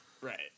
Right